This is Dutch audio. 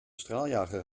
straaljager